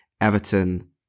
Everton